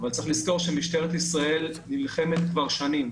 צריך לזכור שמשטרת ישראל נלחמת כבר שנים,